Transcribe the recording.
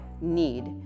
need